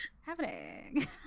happening